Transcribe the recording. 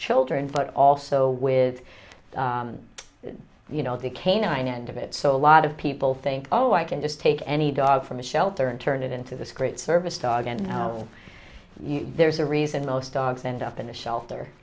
children but also with you know the canine end of it so a lot of people think oh i can just take any dog from a shelter and turn it into this great service dog and you know you there's a reason most dogs end up in a shelter